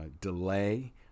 delay